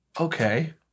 okay